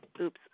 oops